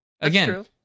Again